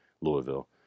Louisville